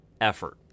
effort